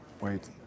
wait